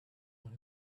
who